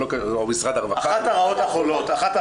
או משרד הרווחה --- אחת הרעות החולות